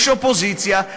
יש אופוזיציה.